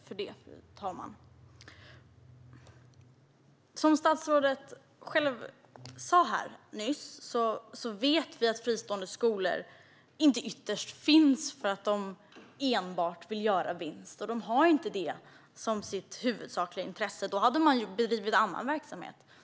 Fru talman! Som statsrådet själv sa nyss vet vi att fristående skolor inte ytterst finns för att någon enbart vill göra vinst. De har det inte som sitt huvudsakliga intresse. Annars hade de bedrivit en annan verksamhet.